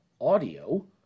audio